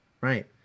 Right